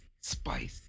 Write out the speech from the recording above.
spicy